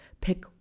pick